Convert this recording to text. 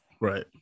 Right